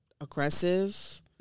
aggressive